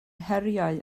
heriau